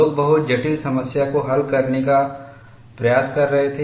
लोग बहुत जटिल समस्या को हल करने का प्रयास कर रहे थे